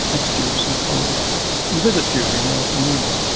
ex-students and colleagues and visit judy in the afternoons.